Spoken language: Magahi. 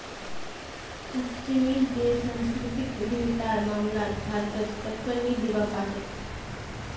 पश्चिमी देश सांस्कृतिक उद्यमितार मामलात भारतक टक्कर नी दीबा पा तेक